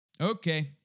Okay